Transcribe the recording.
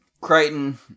Crichton